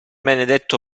benedetto